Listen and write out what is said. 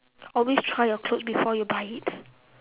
always try your clothes before you buy it